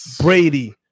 Brady